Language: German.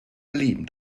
erleben